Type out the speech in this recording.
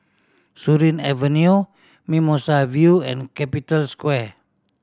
Surin Avenue Mimosa View and Capital Square